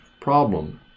problem